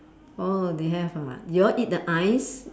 orh they have ah do you all eat the eyes